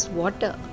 water